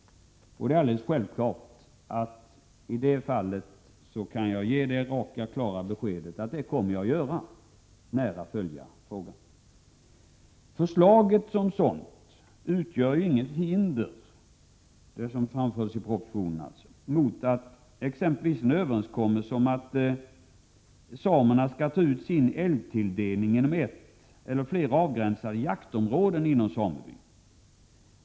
Jag kan självfallet ge det raka beskedet att jag kommer att nära följa denna fråga. Förslaget i propositionen utgör inget hinder mot exempelvis en överenskommelse om att samerna skall ta ut sin älgtilldelning inom ett eller flera avgränsade jaktområden inom samebyn.